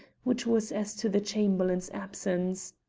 which was as to the chamberlain's absence.